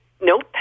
Nope